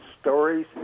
Stories